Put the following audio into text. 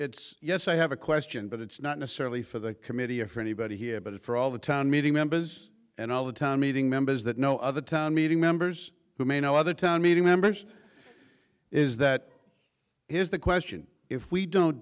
it's yes i have a question but it's not necessarily for the committee or for anybody here but for all the town meeting members and all the town meeting members that no other town meeting members who may know other town meeting members is that here's the question if we don't